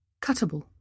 Cuttable